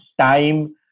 time